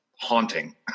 haunting